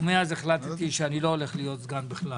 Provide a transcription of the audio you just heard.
ומאז החלטתי שאני לא הולך להיות סגן בכלל.